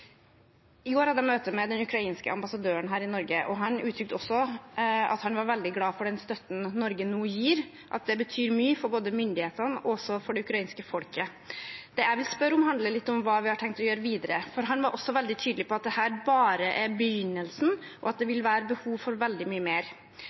I går hadde jeg møte med den ukrainske ambassadøren her i Norge. Han uttrykte også at han var veldig glad for den støtten Norge nå gir, og at det betyr mye for både myndighetene og det ukrainske folket. Det jeg vil spørre om, handler litt om hva vi har tenkt å gjøre videre, for han var også veldig tydelig på at dette bare er begynnelsen, og at det